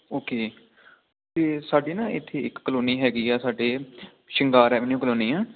okay ਅਤੇ ਸਾਡੀ ਨਾ ਇੱਥੇ ਇੱਕ ਕਲੋਨੀ ਹੈਗੀ ਆ ਸਾਡੇ ਸ਼ਿੰਗਾਰ ਐਵੇਨਿਊ ਕਲੋਨੀ ਆ